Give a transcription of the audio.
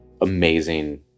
amazing